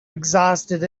exhausted